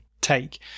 take